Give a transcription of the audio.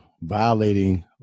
violating